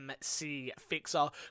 mcfixer